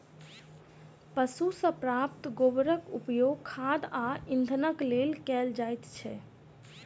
पशु सॅ प्राप्त गोबरक उपयोग खाद आ इंधनक लेल कयल जाइत छै